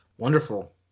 wonderful